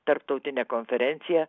tarptautine konferencija